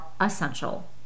essential